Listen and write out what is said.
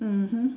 mmhmm